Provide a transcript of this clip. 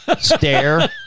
stare